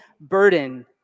burden